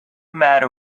matter